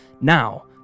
now